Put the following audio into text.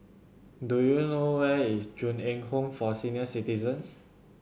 do you know where is Ju Eng Home for Senior Citizens